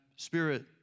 Spirit